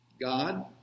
God